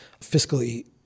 fiscally